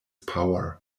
power